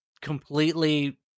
completely